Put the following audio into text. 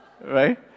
Right